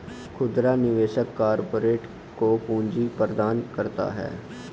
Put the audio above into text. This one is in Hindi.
खुदरा निवेशक कारपोरेट को पूंजी प्रदान करता है